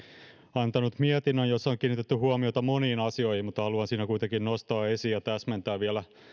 antanut mietinnön jossa on kiinnitetty huomiota moniin asioihin mutta haluan kuitenkin nostaa esiin ja täsmentää vielä